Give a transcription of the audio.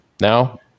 Now